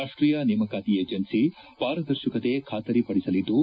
ರಾಷ್ಟೀಯ ನೇಮಕಾತಿ ವಿಜೆನ್ಸಿ ಪಾರದರ್ಶಕತೆ ಖಾತರಿ ಪಡಿಸಲಿದ್ದು